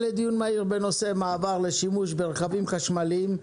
לדיון מהיר בנושא: "מעבר לשימוש ברכבים חשמליים".